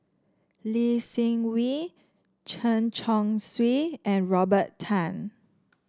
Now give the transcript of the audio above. Lee Seng Wee Chen Chong Swee and Robert Tan